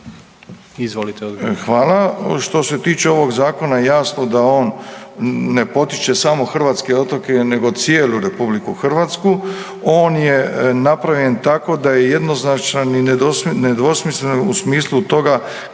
Hvala. Što se tiče ovog Zakona, jasno da on ne potiče samo hrvatske otoke nego cijelu RH. On je napravljen tako da je jednoznačan i nedvosmislen u smislu toga